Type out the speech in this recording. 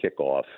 kickoff